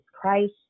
Christ